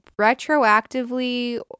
retroactively